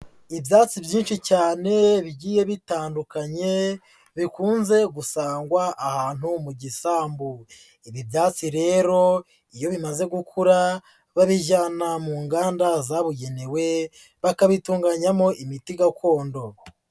Ibyatsi byinshi cyane bigiye bitandukanye, bikunze gusangwa ahantu mu gisambu, ibi byatsi rero iyo bimaze gukura, babijyana mu nganda zabugenewe, bakabitunganyamo imiti gakondo.